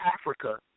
Africa